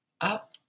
up